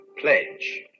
pledge